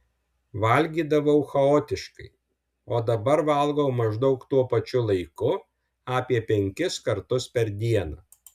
valgydavau chaotiškai o dabar valgau maždaug tuo pačiu laiku apie penkis kartus per dieną